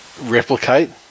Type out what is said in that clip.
replicate